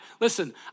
listen